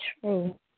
true